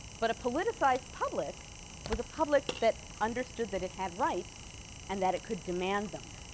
but a politicized public was a public that understood that it had rights and that it could demand them.